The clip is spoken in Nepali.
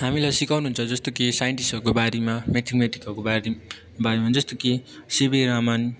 हामीलाई सिकाउनुहुन्छ जस्तो कि साइन्टिस्टहरूको बारेमा म्याथमेटिकहरूको बारे बारेमा जस्तो कि सी भी रमन